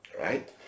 right